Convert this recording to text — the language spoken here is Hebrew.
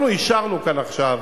אנחנו אישרנו כאן עכשיו